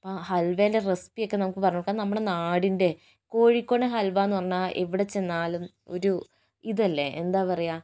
ആ ഹൽവേൻ്റെ റെസിപ്പി ഒക്കെ നമുക്ക് പറഞ്ഞ് കൊടുത്ത നമ്മുടെ നടിൻ്റെ കോഴിക്കോടൻ ഹൽവ എന്ന് പറഞ്ഞാൽ എവിടെ ചെന്നാലും ഒരു ഇത് അല്ലേ എന്താ പറയുക